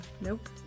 Nope